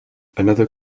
another